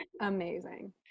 amazing